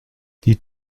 die